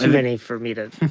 too many for me to